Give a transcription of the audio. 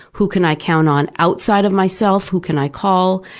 who can i count on outside of myself? who can i call?